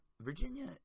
Virginia